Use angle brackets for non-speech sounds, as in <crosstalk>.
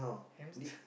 hamster <breath>